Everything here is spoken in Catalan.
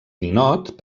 ninot